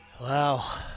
Wow